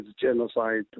genocide